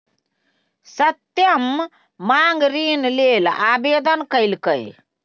सत्यम माँग ऋण लेल आवेदन केलकै